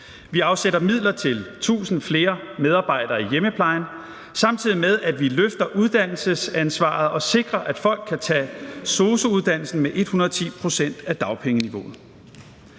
Vi afsætter midler til 1.000 flere medarbejdere i hjemmeplejen, samtidig med at vi løfter uddannelsesansvaret og sikrer, at folk kan tage sosu-uddannelsen med 110 pct. af dagpengeniveauet.